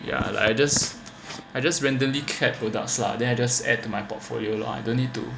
ya lah I just I just randomly cat products lah then I just add to my portfolio lah don't need to